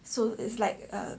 so is like a